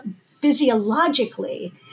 physiologically